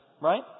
right